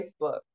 Facebook